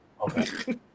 Okay